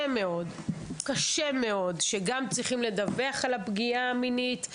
מאוד שגם צריכים לדווח על הפגיעה המינית,